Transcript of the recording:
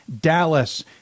dallas